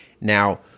Now